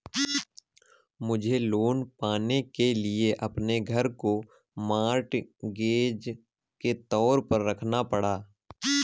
मुझे लोन पाने के लिए अपने घर को मॉर्टगेज के तौर पर रखना पड़ा